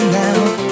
now